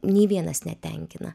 nei vienas netenkina